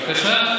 בבקשה.